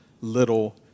little